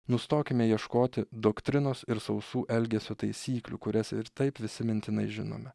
nustokime ieškoti doktrinos ir sausų elgesio taisyklių kurias ir taip visi mintinai žinome